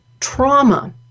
Trauma